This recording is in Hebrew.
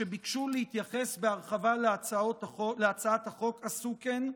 שביקשו להתייחס בהרחבה להצעת החוק עשו כן,